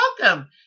welcome